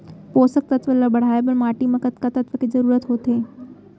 पोसक तत्व ला बढ़ाये बर माटी म कतका तत्व के जरूरत होथे?